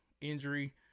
injury